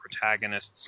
protagonists